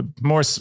more